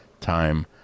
time